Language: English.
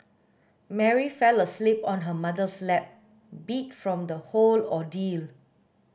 Mary fell asleep on her mother's lap beat from the whole ordeal